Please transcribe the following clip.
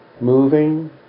moving